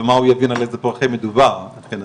איך הוא יבין על איזה פרחים מדובר?! כלומר,